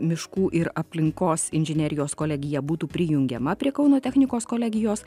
miškų ir aplinkos inžinerijos kolegija būtų prijungiama prie kauno technikos kolegijos